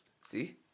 See